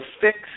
fix